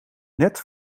net